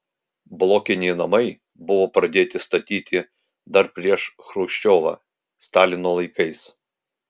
blokiniai namai buvo pradėti statyti dar prieš chruščiovą stalino laikais